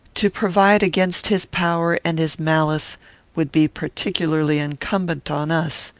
to provide against his power and his malice would be particularly incumbent on us,